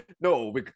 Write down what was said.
no